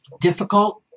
difficult